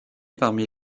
parmi